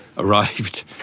arrived